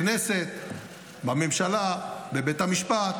בכנסת, בממשלה, בבית המשפט.